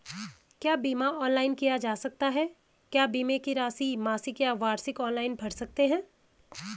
क्या बीमा ऑनलाइन किया जा सकता है क्या बीमे की राशि मासिक या वार्षिक ऑनलाइन भर सकते हैं?